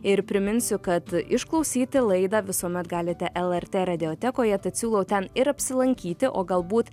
ir priminsiu kad išklausyti laidą visuomet galite lrt radiotekoje tad siūlau ten ir apsilankyti o galbūt